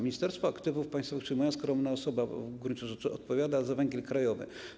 Ministerstwo Aktywów Państwowych, moja skromna osoba w gruncie rzeczy, odpowiada za węgiel krajowy.